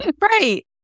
right